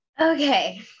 okay